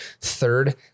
third